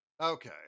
Okay